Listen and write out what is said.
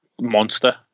monster